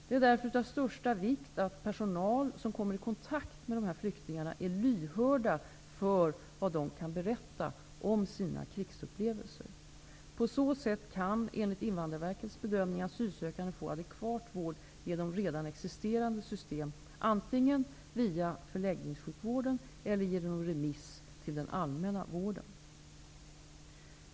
Det är därför av största vikt, att personal som kommer i kontakt med dessa flyktingar, är lyhörda för vad de kan berätta om sina krigsupplevelser. På så sätt kan, enligt Invandrarverkets bedömning, asylsökande få adekvat vård genom redan existerande system, antingen via förläggningssjukvården eller genom remiss till den allmänna vården.